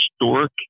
historic